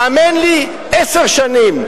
האמן לי, עשר שנים,